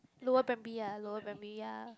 lower primary ah lower primary ya